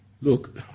look